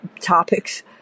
topics